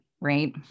right